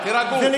לממשלה.